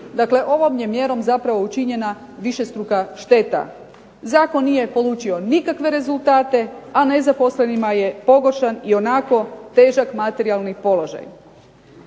Dakle, ovom je mjerom zapravo učinjena višestruka šteta. Zakon nije polučio nikakve rezultate, a nezaposlenima je pogoršan ionako težak materijalni položaj.